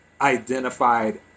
identified